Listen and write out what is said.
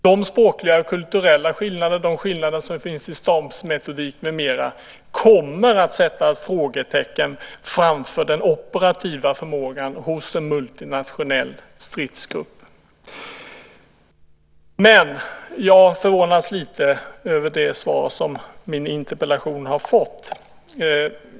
De språkliga och kulturella skillnader, de skillnader som finns i stabsmetodik med mera, kommer att sätta frågetecken för den operativa förmågan hos en multinationell stridsgrupp. Jag förvånas något över det svar som min interpellation fått.